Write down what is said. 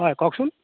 হয় কওকচোন